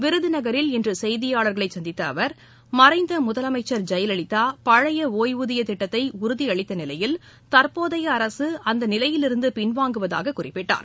விருதுநகரில் இன்று செய்தியாளர்களை சந்தித்த அவர் மறைந்த முதலமைச்சர் ஜெயலலிதா பழைய ஒய்வூதியத் திட்டத்தை உறுதி அளித்த நிலையில் தற்போதைய அரசு அந்த நிலையிலிருந்து பின்வாங்குவதாக அவர் குறிப்பிட்டுள்ளார்